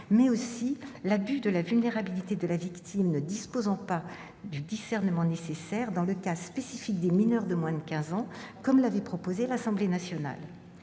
mais aussi « l'abus de la vulnérabilité de la victime ne disposant pas du discernement nécessaire » dans le cas spécifique des mineurs de moins de quinze ans, comme l'avait proposé l'Assemblée nationale.